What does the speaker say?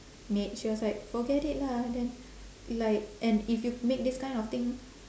make she was like forget it lah then like and if you make this kind of thing